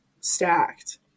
stacked